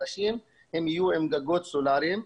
הם יהיו עם גגות סולאריים.